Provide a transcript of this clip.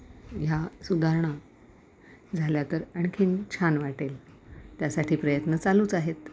ह्या सुधारणा झाल्या तर आणखीन छान वाटेल त्यासाठी प्रयत्न चालूच आहेत